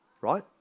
right